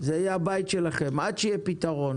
זה יהיה הבית שלכם עד שיהיה פתרון,